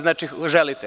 Znači želite.